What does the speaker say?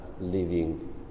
living